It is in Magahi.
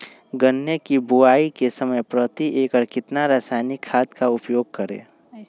गन्ने की बुवाई के समय प्रति एकड़ कितना रासायनिक खाद का उपयोग करें?